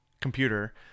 computer